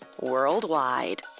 Worldwide